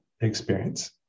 experience